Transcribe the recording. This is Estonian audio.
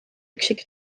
üksik